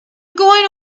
going